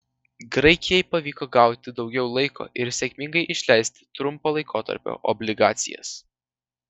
graikijai pavyko gauti daugiau laiko ir sėkmingai išleisti trumpo laikotarpio obligacijas